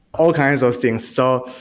all kinds of things. so,